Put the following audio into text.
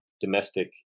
domestic